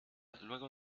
luego